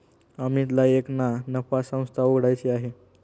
अमितला एक ना नफा संस्था उघड्याची आहे